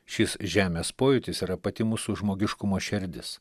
šis žemės pojūtis yra pati mūsų žmogiškumo šerdis